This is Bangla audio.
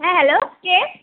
হ্যাঁ হ্যালো কে